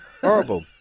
horrible